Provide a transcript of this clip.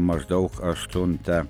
maždaug aštuntą